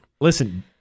Listen